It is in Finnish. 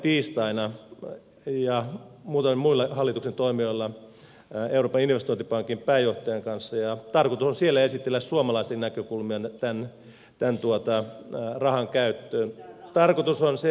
minulla ja muutamilla muilla hallituksen toimijoilla on tapaaminen tiistaina euroopan investointipankin pääjohtajan kanssa ja tarkoitus on siellä esitellä suomalaisten näkökulmia tämän rahan käyttöön